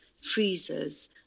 freezers